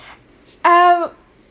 um